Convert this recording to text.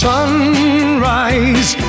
Sunrise